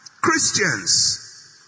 Christians